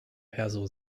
perso